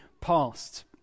past